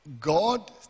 God